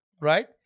right